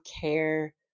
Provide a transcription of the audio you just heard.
care